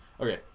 Okay